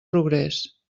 progrés